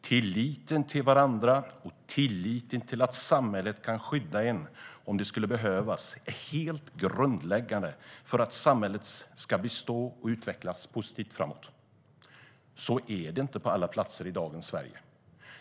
Tilliten till varandra och tilliten att samhället kan skydda en om det skulle behövas är helt grundläggande för att samhället ska bestå och utvecklas positivt framåt. Så är det inte på alla platser i dagens Sverige.